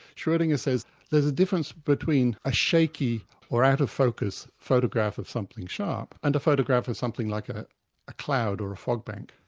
schrodinger says there's a difference between a shaky or out-of-focus photograph of something sharp, and a photograph of something like a a cloud or a fog-bank.